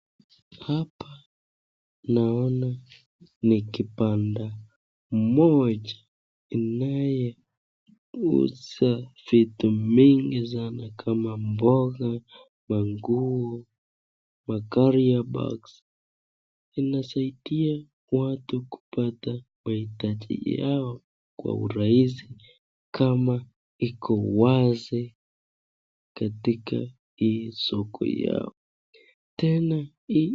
Hapa naona ni kibanda moja inayohusia vitu mingi kama mboga na nguo, mifuko inasaidia watu kupata mahitaji yao Kwa uraisi kama Iko wasi katika hii soko yao tena hii